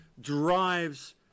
drives